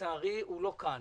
לצערי הוא לא כאן.